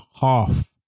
half